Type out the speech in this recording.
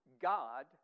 God